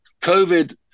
COVID